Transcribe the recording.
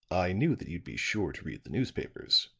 i knew that you'd be sure to read the newspapers,